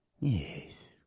Yes